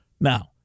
Now